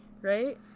Right